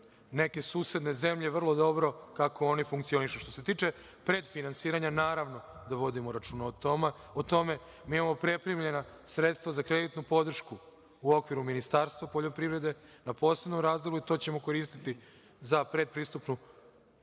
neke susedne zemlje vrlo dobro kako funkcionišu. Što se tiče predfinansiranja, naravno da vodimo računa o tome. Mi imamo pripremljena sredstva za kreditnu podršku u okviru Ministarstva poljoprivrede na posebnom razdelu i to ćemo koristiti za predfinansirajuću